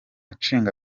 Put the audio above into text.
nshingwa